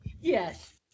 Yes